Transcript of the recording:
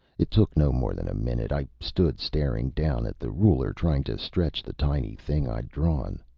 it took no more than a minute. i stood staring down at the ruler, trying to stretch the tiny thing i'd drawn.